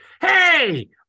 Hey